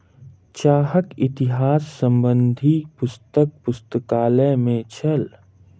चाहक इतिहास संबंधी पुस्तक पुस्तकालय में छल